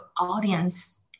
audience